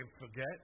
forget